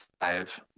five